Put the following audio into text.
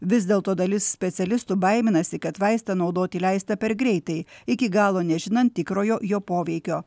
vis dėl to dalis specialistų baiminasi kad vaistą naudoti leista per greitai iki galo nežinant tikrojo jo poveikio